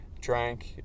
Drank